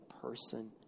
person